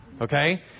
Okay